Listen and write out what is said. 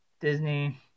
Disney